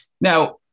Now